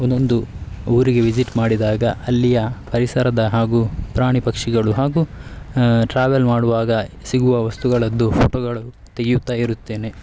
ಒಂದೊಂದು ಊರಿಗೆ ವಿಸಿಟ್ ಮಾಡಿದಾಗ ಅಲ್ಲಿಯ ಪರಿಸರದ ಹಾಗೂ ಪ್ರಾಣಿಪಕ್ಷಿಗಳು ಹಾಗೂ ಟ್ರಾವೆಲ್ ಮಾಡುವಾಗ ಸಿಗುವ ವಸ್ತುಗಳದ್ದು ಫೊಟೊಗಳು ತೆಗೆಯುತ್ತಾ ಇರುತ್ತೇನೆ